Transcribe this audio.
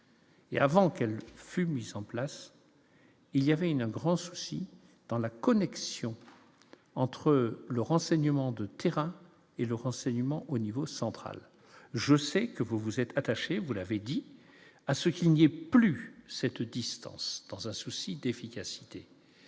et avant qu'elle fut mise en place, il y avait un grand souci dans la connexion entre le renseignement de terrain et le renseignement au niveau central, je sais que vous vous êtes attaché, vous l'avez dit, à ce qu'il n'y a plus cette distance dans un souci d'efficacité